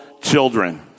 children